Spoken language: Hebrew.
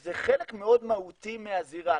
זה חלק מאוד מהותי מהזירה.